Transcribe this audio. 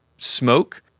Smoke